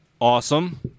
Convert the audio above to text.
Awesome